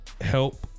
Help